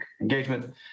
engagement